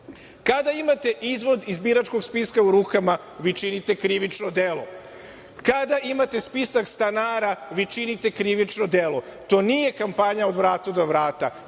imate izvod iz biračkog spiska u rukama, vi činite krivično delo. Kada imate spisak stanara, vi činite krivično delo, to nije kampanja od vrata do vrata.